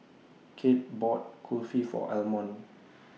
Cade bought Kulfi For Almon